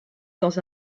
dans